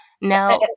Now